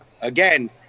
Again